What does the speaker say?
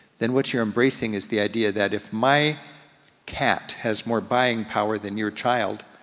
then what you're embracing is the idea that if my cat has more buying power than your child,